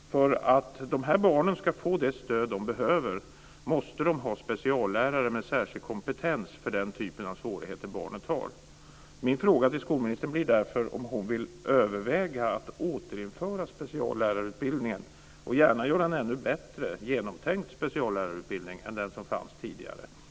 För att de här barnen ska kunna få det stöd som de behöver måste de ha speciallärare med särskild kompetens för den typ av svårigheter som barnet har. Min fråga till skolministern blir därför om hon vill överväga att återinföra speciallärarutbildningen, och gärna göra en ännu bättre genomtänkt speciallärarutbildning än den som fanns tidigare.